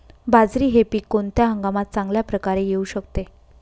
बाजरी हे पीक कोणत्या हंगामात चांगल्या प्रकारे येऊ शकते?